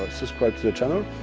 ah subscribe to the channel,